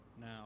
Now